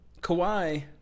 Kawhi